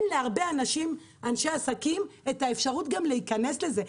להרבה אנשי עסקים אין גם אפשרות להיכנס לזה.